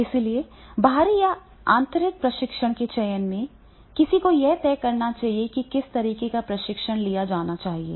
इसलिए बाहरी या आंतरिक प्रशिक्षक के चयन में किसी को यह तय करना चाहिए कि किस तरह का प्रशिक्षण लिया जाना है